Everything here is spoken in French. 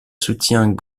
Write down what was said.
soutiens